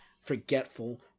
forgetful